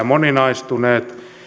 moninaistuneet